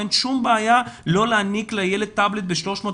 אין שום בעיה לא להעניק לילד טאבלט ב-300,